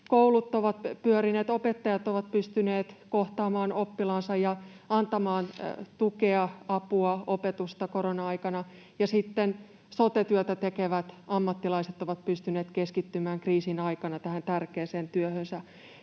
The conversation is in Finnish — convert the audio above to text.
koulut ovat pyörineet, opettajat ovat pystyneet kohtaamaan oppilaansa ja antamaan tukea, apua, opetusta korona-aikana, ja sote-työtä tekevät ammattilaiset ovat pystyneet keskittymään kriisin aikana tähän tärkeään työhönsä,